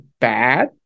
bad